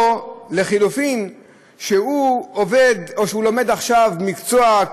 ולחלופין הוא לומד עכשיו מקצוע,